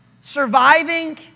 Surviving